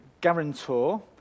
guarantor